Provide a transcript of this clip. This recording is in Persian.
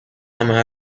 همه